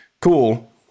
Cool